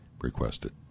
requested